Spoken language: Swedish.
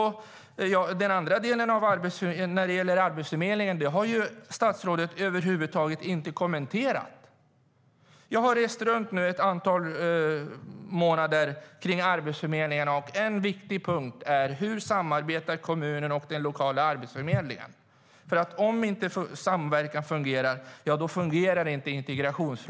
Det som gäller Arbetsförmedlingen har statsrådet över huvud taget inte kommenterat. Jag har nu rest runt ett antal månader och sysslat med arbetsförmedlingarna. En viktig punkt är hur kommunen och den lokala arbetsförmedlingen samarbetar. Om samverkan inte fungerar, fungerar inte heller integrationen.